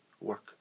work